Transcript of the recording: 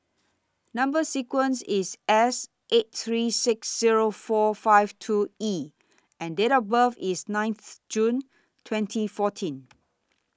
Number sequence IS S eight three six Zero four five two E and Date of birth IS nine June twenty fourteen